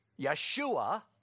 Yeshua